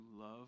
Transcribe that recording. love